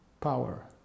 power